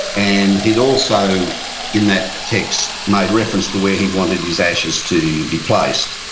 and he had also in that text made reference to where he wanted his ashes to be placed.